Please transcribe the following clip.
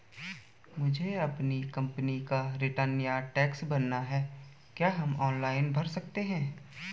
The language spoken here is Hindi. मुझे अपनी कंपनी का रिटर्न या टैक्स भरना है क्या हम ऑनलाइन भर सकते हैं?